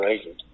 agent